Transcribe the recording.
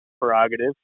prerogative